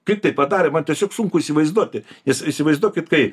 kaip tai padarė man tiesiog sunku įsivaizduoti nes įsivaizduokit kai